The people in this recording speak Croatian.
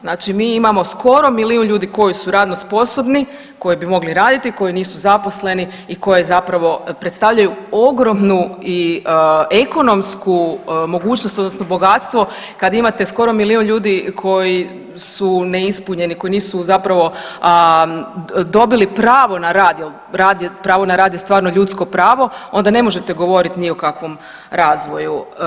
Znači mi imamo skoro milijun ljudi koji su radno sposobno koji bi mogli raditi, koji nisu zaposleni i koji zapravo predstavljaju ogromnu i ekonomsku mogućnost odnosno bogatstvo kad imate skoro milijun ljudi koji su neispunjeni, koji nisu zapravo dobili pravo na rad jel rad je, pravo na rad je stvarno ljudsko pravo onda ne možete govorit ni o kakvom razvoju.